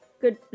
Good